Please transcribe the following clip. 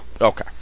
Okay